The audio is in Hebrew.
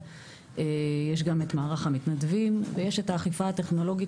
ויש גם את מערך המתנדבים ואת האכיפה הטכנולוגית